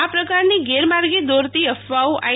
આ પ્રકારની ગેરમાર્ગે દોરતી અફવાઓ આઇ